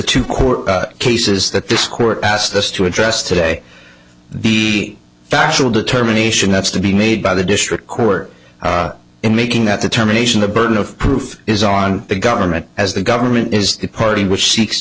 two court cases that this court asked us to address today the factual determination that's to be made by the district court in making that determination the burden of proof is on the government as the government is the party which seeks